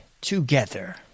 together